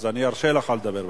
אז אני ארשה לך לדבר בטלפון,